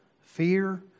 fear